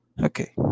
Okay